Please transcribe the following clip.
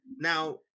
now